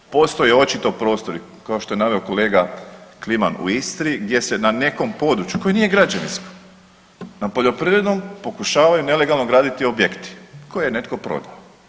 Postoje očito prostori, kao što je naveo kolega Kliman u Istri, gdje se na nekom području, koje nije građevinsko, na poljoprivrednom pokušavaju nelegalno graditi objekti koje je netko prodao.